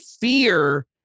fear